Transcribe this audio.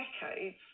decades